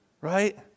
right